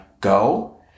go